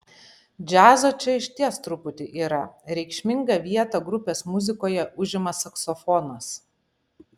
džiazo čia išties truputį yra reikšmingą vietą grupės muzikoje užima saksofonas